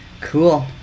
cool